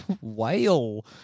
whale